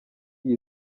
yose